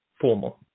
formal